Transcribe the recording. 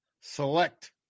select